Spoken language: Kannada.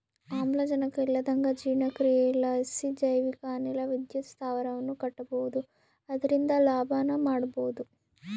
ಆಮ್ಲಜನಕ ಇಲ್ಲಂದಗ ಜೀರ್ಣಕ್ರಿಯಿಲಾಸಿ ಜೈವಿಕ ಅನಿಲ ವಿದ್ಯುತ್ ಸ್ಥಾವರವನ್ನ ಕಟ್ಟಬೊದು ಅದರಿಂದ ಲಾಭನ ಮಾಡಬೊಹುದು